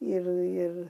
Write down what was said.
ir ir